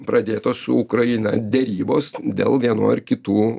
pradėtos su ukraina derybos dėl vienų ar kitų